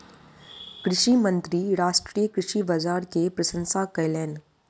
कृषि मंत्री राष्ट्रीय कृषि बाजार के प्रशंसा कयलैन